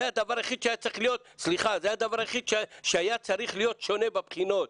זה הדבר היחיד שהיה צריך להיות שונה בבחינות.